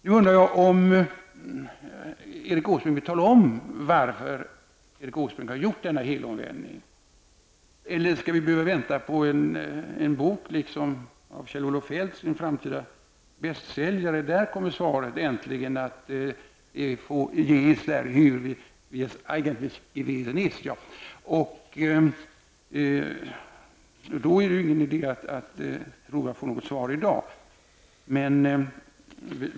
Nu undrar jag om Erik Åsbrink vill tala om varför han har gjort denna helomvändning. Eller skall vi behöva vänta på en bok liksom av Kjell-Olof Feldt som en framtida bästsäljare, där svaret äntligen kommer att ges på hur det eigentlich gewesen ist? I så fall är det ingen ide att vänta på svar i dag.